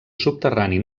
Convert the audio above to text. subterrani